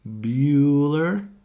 Bueller